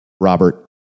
Robert